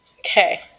Okay